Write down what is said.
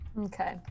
Okay